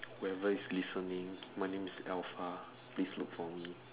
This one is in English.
whoever is listening my name is alpha please look for me